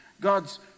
God's